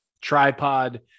tripod